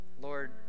Lord